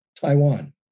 Taiwan